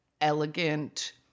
elegant